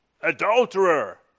Adulterer